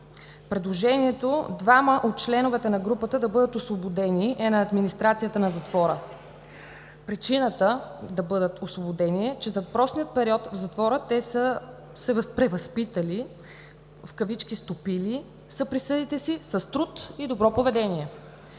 Предложението двама от членовете на група да бъдат освободени е на администрацията на затвора. Причината да бъдат освободени е, че за въпросния период в затвора те са се превъзпитали, „стопили“ са присъдите си с труд и добро поведение.